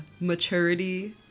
maturity